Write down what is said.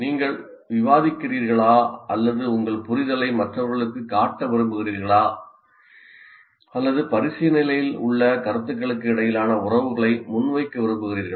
நீங்கள் விவாதிக்கிறீர்களா அல்லது உங்கள் புரிதலை மற்றவர்களுக்கு காட்ட விரும்புகிறீர்களா அல்லது பரிசீலனையில் உள்ள கருத்துக்களுக்கு இடையிலான உறவுகளை முன்வைக்க விரும்புகிறீர்களா